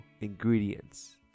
ingredients